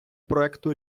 проекту